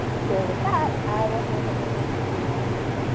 so with that i will hand it over to wendy.